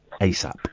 ASAP